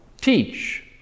teach